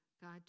God